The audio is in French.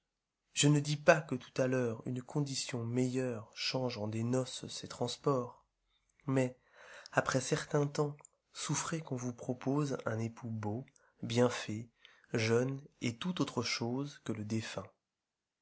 je ne dis pas que tout à l'heure une condition meilleure change en des noces ces transports mais après certain temps souffrez qu'on vous propose un époux beau bien fait jeune et tout aulrechose que le défunt